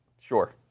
Sure